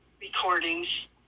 recordings